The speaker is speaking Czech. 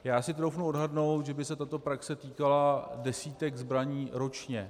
Já si troufnu odhadnout, že by se tato praxe týkala desítek zbraní ročně.